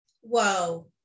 Whoa